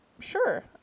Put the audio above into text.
sure